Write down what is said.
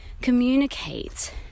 communicate